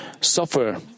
suffer